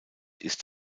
ist